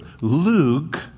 Luke